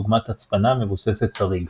דוגמת הצפנה מבוססת סריג.